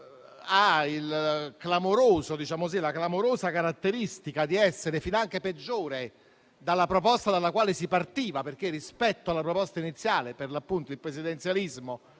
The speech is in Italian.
ha la clamorosa caratteristica di essere financo peggiore della proposta dalla quale si partiva. Infatti, rispetto alla proposta iniziale - il presidenzialismo